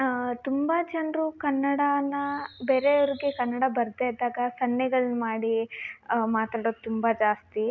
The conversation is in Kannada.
ತುಂಬ ಜನರು ಕನ್ನಡನ ಬೇರೆಯವರಿಗೆ ಕನ್ನಡ ಬರದೆ ಇದ್ದಾಗ ಸನ್ನೆಗಳನ್ನ ಮಾಡಿ ಮಾತಾಡೋದು ತುಂಬ ಜಾಸ್ತಿ